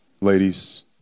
ladies